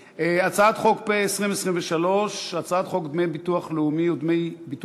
הצעת חוק מימון מפלגות (תיקון, הלוואות ומימון),